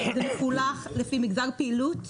זה מפולח לפי מגזר פעילות,